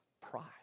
pride